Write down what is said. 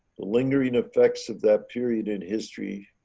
lingering effects of that period in history